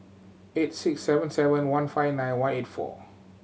eight six seven seven one five nine one eight four